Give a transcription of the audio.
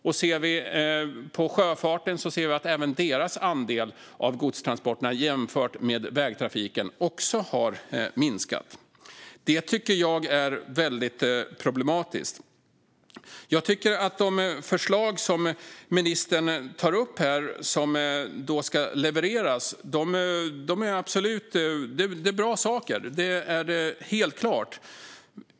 Tittar vi på sjöfarten ser vi att även deras andel av godstransporterna jämfört med vägtrafiken också har minskat. Det är problematiskt. De förslag som ministern tar upp, som ska levereras, är bra saker. Det är helt klart.